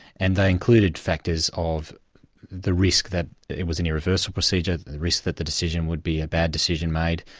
and they included factors of the risk that it was an irreversible procedure, the risk that the decision would be a bad decision made,